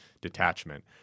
detachment